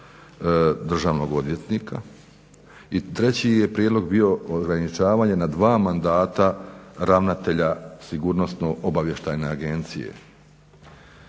državnog odvjetnika i treći je prijedlog bio ograničavanje na dva mandata ravnatelja sigurnosno obavještajne agencije.